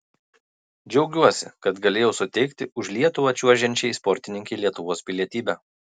džiaugiuosi kad galėjau suteikti už lietuvą čiuožiančiai sportininkei lietuvos pilietybę